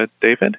David